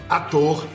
ator